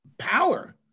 power